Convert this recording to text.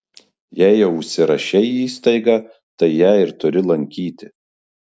jei jau užsirašei į įstaigą tai ją ir turi lankyti